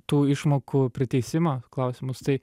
tų išmokų priteisimo klausimus tai